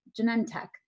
Genentech